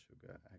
sugar